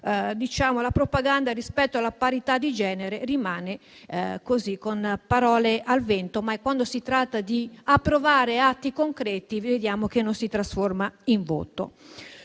la propaganda rispetto alla parità di genere rimane con parole al vento, ma quando si tratta di approvare atti concreti vediamo che non si trasforma in voto.